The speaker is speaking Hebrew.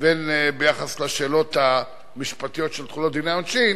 והן ביחס לשאלות המשפטיות של תחולות דיני העונשין,